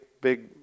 big